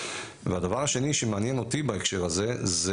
הדבר השני שמעניין אותי בהקשר הזה זה